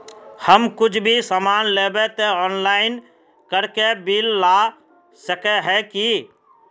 हम कुछ भी सामान लेबे ते ऑनलाइन करके बिल ला सके है की?